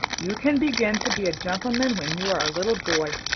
you can begin to be a gentleman when you are a little boy.